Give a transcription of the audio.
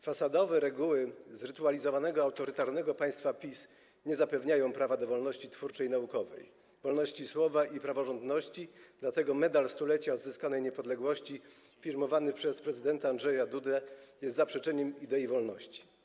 Fasadowe reguły zrytualizowanego, autorytarnego państwa PiS nie zapewniają prawa do wolności twórczej i naukowej, wolności słowa i praworządności, dlatego Medal Stulecia Odzyskanej Niepodległości, firmowany przez prezydenta Andrzeja Dudę, jest zaprzeczeniem idei wolności.